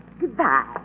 Goodbye